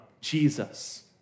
Jesus